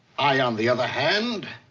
i, on the other hand,